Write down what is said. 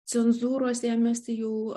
cenzūros ėmėsi jau